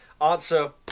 answer